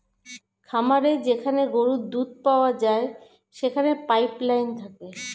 খামারে যেখানে গরুর দুধ পাওয়া যায় সেখানে পাইপ লাইন থাকে